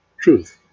truth